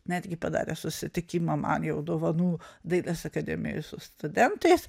netgi padarė susitikimą man jau dovanų dailės akademijoj su studentais